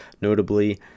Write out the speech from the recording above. notably